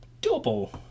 double